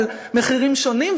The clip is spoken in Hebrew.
על מחירים שונים,